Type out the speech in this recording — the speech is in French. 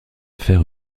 faire